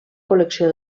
col·lecció